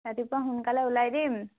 ৰাতিপুৱা সোনকালে ওলাই দিম